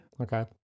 Okay